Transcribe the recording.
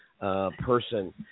Person